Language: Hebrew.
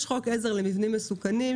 יש חוק עזר למבנים מסוכנים,